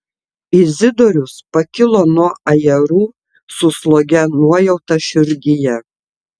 izidorius pakilo nuo ajerų su slogia nuojauta širdyje